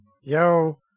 Yo